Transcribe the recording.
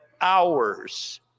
hours